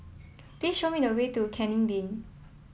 please show me the way to Canning Lane